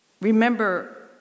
Remember